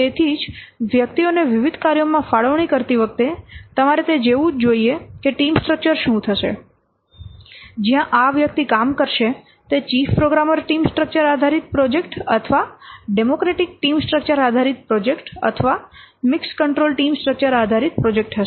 તેથી તેથી જ વ્યક્તિઓને વિવિધ કાર્યોમાં ફાળવણી કરતી વખતે તમારે તે જોવું જ જોઇએ કે ટીમ સ્ટ્રક્ચર શું થશે જ્યાં આ વ્યક્તિ કામ કરશે તે ચીફ પ્રોગ્રામર ટીમ સ્ટ્રક્ચર આધારિત પ્રોજેક્ટ અથવા ડેમોક્રેટિક ટીમ સ્ટ્રક્ચર આધારિત પ્રોજેક્ટ અથવા મિક્સ કંટ્રોલ ટીમ સ્ટ્રક્ચર આધારિત પ્રોજેક્ટ હશે